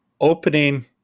opening